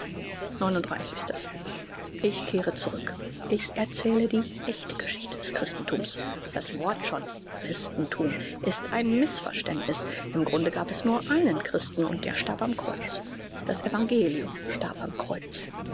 ich kehre zurück ich erzähle die echte geschichte des christenthums das wort schon christenthum ist ein mißverständniß im grunde gab es nur einen christen und der starb am kreuz das evangelium starb am kreuz